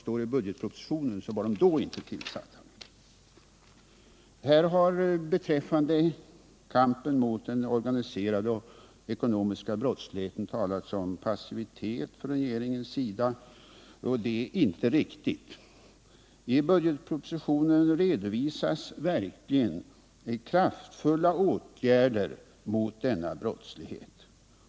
När budgetpropositionen skrevs var de ännu inte tillsatta. När det gäller kampen mot den organiserade, ekonomiska brottsligheten har det talats om passivitet från regeringens sida. Detta är inte riktigt. I budgetpropositionen redovisas verkligt kraftfulla åtgärder mot denna brotts 85 lighet.